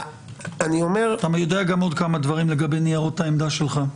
אני יודע גם עוד כמה דברים לגבי ניירות העמדה שלך.